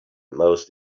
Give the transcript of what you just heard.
most